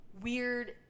weird –